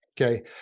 Okay